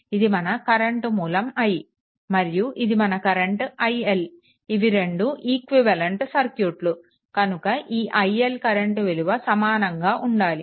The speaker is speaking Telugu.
ఇది మన కరెంట్ మూలం I మరియు ఇది మన కరెంట్ iL ఇవి రెండు ఈక్వివలెంట్ సర్క్యూట్లుకనుక ఈ iL కరెంట్ విలువ సమానంగా ఉండాలి